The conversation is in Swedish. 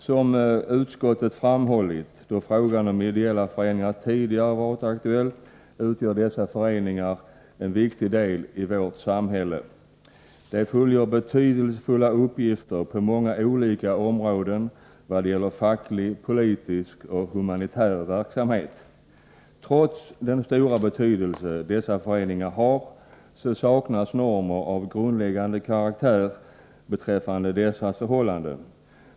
Som utskottet framhållit då frågan om ideella föreningar tidigare varit aktuell, utgör dessa föreningar en viktig del i vårt samhälle. De fullgör betydelsefulla uppgifter på många olika områden i vad det gäller facklig, politisk och humanitär verksamhet. Trots den stora betydelse dessa föreningar har saknas normer av grundläggande karaktär beträffande dessas förhållanden.